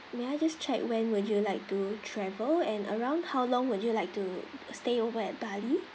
may I just check when would you like to travel and around how long would you like to stay over at bali